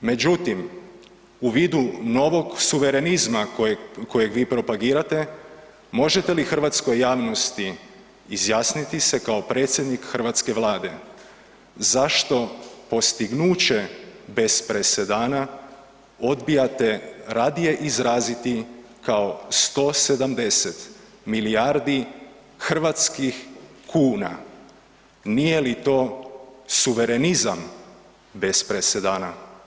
Međutim, u vidu novog suverenizma kojeg vi propagirate možete li hrvatskoj javnosti izjasniti se kao predsjednik hrvatske Vlade zašto postignuće bez presedana odbijate radije izraziti kao 170 milijardi hrvatskih kuna, nije li to suverenizam bez presedana?